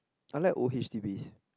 I like old H_D_Bs